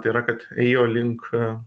tai yra kad ėjo link